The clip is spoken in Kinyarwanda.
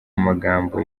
magambo